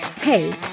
Hey